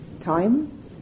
time